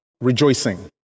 rejoicing